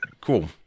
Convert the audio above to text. Cool